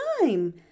time